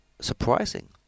surprising